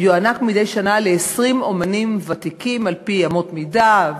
ויוענק מדי שנה ל-20 אמנים ותיקים על-פי אמות מידה,